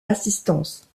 assistance